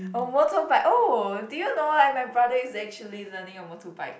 oh motorbike oh do you know like my brother used to actually learning a motorbike